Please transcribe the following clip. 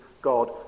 God